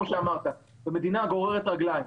שהמדינה גוררת רגליים.